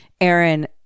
Aaron